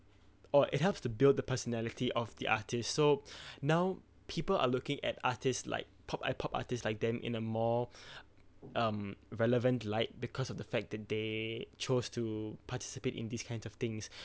or it helps to build the personality of the artist so now people are looking at artists like pop I pop artist like them in a more um relevant light because of the fact that they chose to participate in these kinds of things